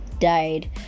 died